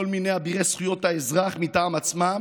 כל מיני אבירי זכויות האזרח מטעם עצמם